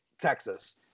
Texas